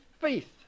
faith